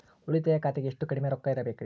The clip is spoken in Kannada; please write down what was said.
ಉಳಿತಾಯ ಖಾತೆಗೆ ಎಷ್ಟು ಕಡಿಮೆ ರೊಕ್ಕ ಇಡಬೇಕರಿ?